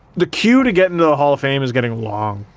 the queue to get into the hall of fame is getting long,